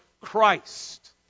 Christ